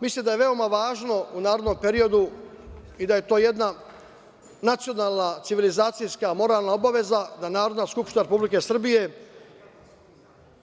Mislim da je veoma važno u narednom periodu i da je to jedna nacionalna civilizacijska moralna obaveza, da Narodna skupština Republike Srbije